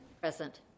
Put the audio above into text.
Present